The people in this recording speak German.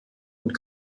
und